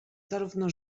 zarówno